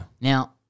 Now